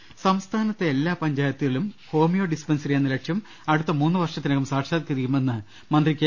രാട്ട്ടിരി സംസ്ഥാനത്തെ എല്ലാ പഞ്ചായത്തിലും ഹോമിയോ ഡിസ്പെൻസറി യെന്ന ലക്ഷ്യം അടുത്ത മൂന്ന് വർഷത്തിനകം സാക്ഷാൽക്കരിക്കുമെന്ന് മ ന്ത്രി കെ